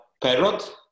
parrot